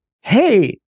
Hey